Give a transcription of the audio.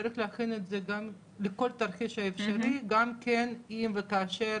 שצריך להכין את זה לכל תרחיש אפשרי, גם אם וכאשר,